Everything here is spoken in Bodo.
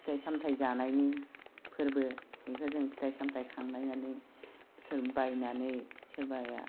फिथाइ सामथाइ जानायनि फोरबो इखो जों फिथाइ सामथाइ खांलायनानै सोर बायनानै सोबाया